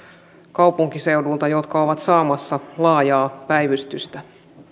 kaupunkiseudulta jotka ovat saamassa laajaa päivystystä